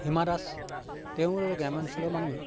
হিমা দাস তেওঁ গ্ৰাম্যাঞ্চলৰ মানুহেই